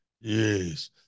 yes